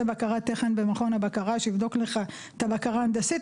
בקרת תכן במכון הבקרה שיבדוק לו את הבקרה ההנדסית,